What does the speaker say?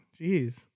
Jeez